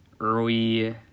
early